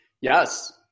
Yes